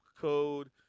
code